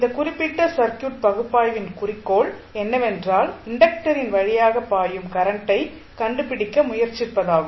இந்த குறிப்பிட்ட சர்க்யூட் பகுப்பாய்வின் குறிக்கோள் என்னவென்றால் இன்டக்டரின் வழியாக பாயும் கரண்டை கண்டுபிடிக்க முயற்சிப்பதாகும்